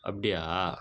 அப்படியா